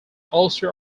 also